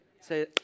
say